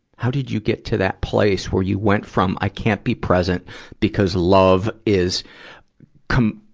how did you get to that place where you went from, i can't be present because love is com,